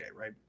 right